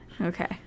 okay